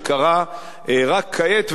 שקרה רק כעת,